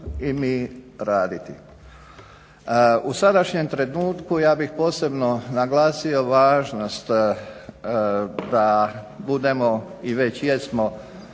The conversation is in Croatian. i mi raditi. U sadašnjem trenutku ja bih posebno naglasio važnost da budemo i već jesmo